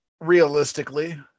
realistically